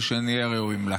ושנהיה ראויים לה.